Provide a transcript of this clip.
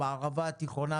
בערבה התיכונה,